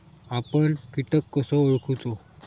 आपन कीटक कसो ओळखूचो?